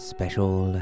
Special